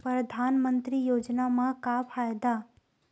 परधानमंतरी योजना म का फायदा?